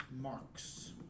Marks